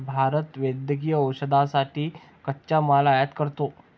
भारत वैद्यकीय औषधांसाठी कच्चा माल आयात करतो